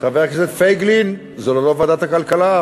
חבר הכנסת פייגלין, זאת לא ועדת הכלכלה.